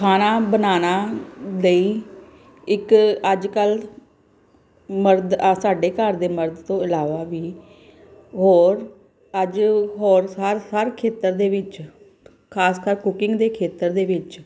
ਖਾਣਾ ਬਣਾਉਣਾ ਲਈ ਇੱਕ ਅੱਜ ਕੱਲ੍ਹ ਮਰਦ ਆ ਸਾਡੇ ਘਰ ਦੇ ਮਰਦ ਤੋਂ ਇਲਾਵਾ ਵੀ ਹੋਰ ਅੱਜ ਹੋਰ ਹਰ ਹਰ ਖੇਤਰ ਦੇ ਵਿੱਚ ਖਾਸਕਰ ਕੁਕਿੰਗ ਦੇ ਖੇਤਰ ਦੇ ਵਿੱਚ